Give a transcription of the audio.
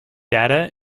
data